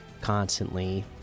constantly